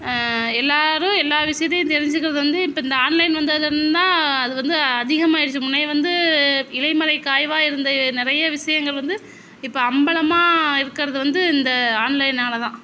எல்லாரும் எல்லா விஷயத்தையும் தெரிஞ்சுக்கிறது வந்து இப்போ இந்த ஆன்லைன் வந்ததுலேருந்து தான் அது வந்து அதிகமாயிடுச்சு முன்னே வந்து இலைமறைக் காய்வா இருந்த நிறைய விஷயங்கள் வந்து இப்போ அம்பலமா இருக்கிறது வந்து இந்த ஆன்லைன்னால் தான்